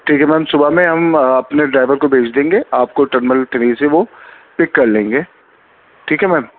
ٹھیک ہے میم صبح میں ہم اپنے ڈرائیور کو بھیج دیں گے آپ کو ٹرمینل تھری سے وہ پک کر لیں گے ٹھیک ہے میم